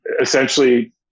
essentially